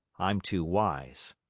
i'm too wise.